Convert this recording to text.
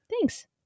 Thanks